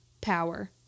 power